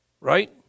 Right